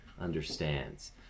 understands